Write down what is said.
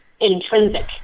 intrinsic